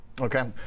Okay